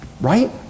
Right